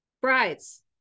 brides